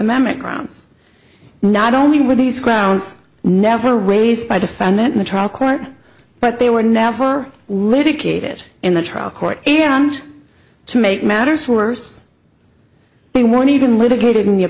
amendment grounds not only were these grounds never raised by defendant in the trial court but they were now for litigated in the trial court and to make matters worse they weren't even litigated in